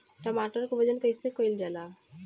टमाटर क वजन कईसे कईल जाला?